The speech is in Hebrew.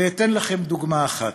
ואתן לכם דוגמה אחת: